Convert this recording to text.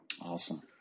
Awesome